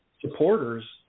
supporters